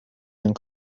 and